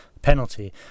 penalty